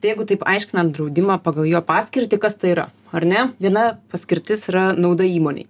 tai jeigu taip aiškinant draudimą pagal jo paskirtį kas tai yra ar ne viena paskirtis yra nauda įmonei